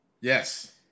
Yes